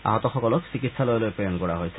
আহতসকলক চিকিৎসালয়লৈ প্ৰেৰণ কৰা হৈছে